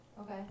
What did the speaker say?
Okay